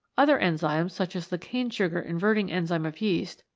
other enzymes, such as the cane sugar inverting enzyme of yeast,